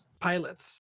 Pilots